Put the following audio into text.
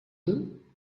d’eux